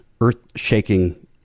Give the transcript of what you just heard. earth-shaking